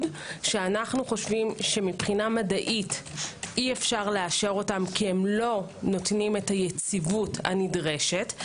שאנו חושבים שמדעית אי אפשר לאשרם כי לא נותנים את היציבות הנדרשת,